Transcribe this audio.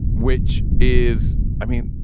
which is i mean,